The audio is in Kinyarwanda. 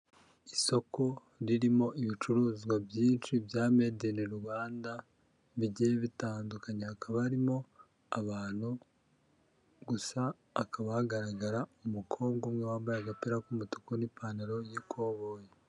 Isoko ririmo ibicuruzwa byinshi bya medi ini Rwanda bigiye bitandukanye, hakaba harimo abantu, gusa hakaba hagaragara umukobwa umwe wambaye agapira k'umutuku n'ipantaro y'ikoboyi.